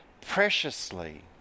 preciously